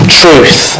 truth